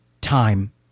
time